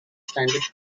standards